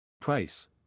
Price